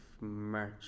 march